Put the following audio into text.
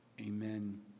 Amen